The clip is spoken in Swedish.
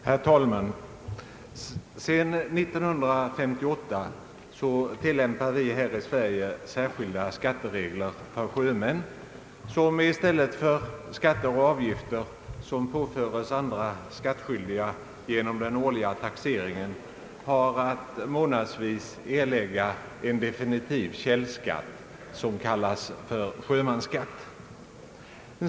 Herr talman! Sedan 1958 tillämpar vi här i Sverige särskilda skatteregler för sjömän, som i stället för skatter och avgifter vilka påföres andra skattskyldiga genom den årliga taxeringen har att månadsvis erlägga en definitiv källskatt, som kallas sjömansskatt.